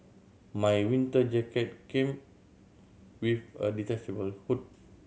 my winter jacket came with a detachable hood